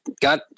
got